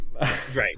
Right